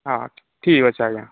ହଁ ଠିକ୍ ଅଛି ଆଜ୍ଞା